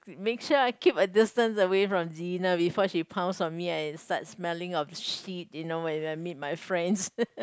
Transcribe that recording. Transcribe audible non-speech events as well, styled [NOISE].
make sure I keep a distance away from Zyan before she pounce on me and I start smelling of shit you know when I meet my friends [LAUGHS]